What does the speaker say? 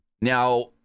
Now